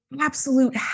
absolute